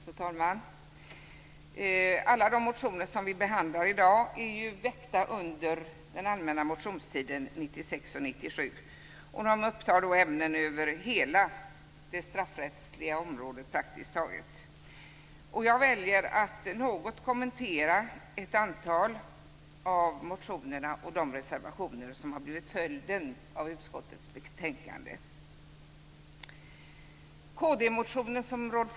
Fru talman! Alla de motioner som vi behandlar i dag är väckta under den allmänna motionstiden 1996 och 1997. De tar upp ämnen över praktiskt taget hela det straffrättsliga området. Jag väljer att något kommentera ett antal av motionerna och de reservationer som har blivit följden av utskottets betänkande.